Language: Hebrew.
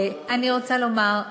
אני רוצה לומר,